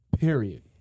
Period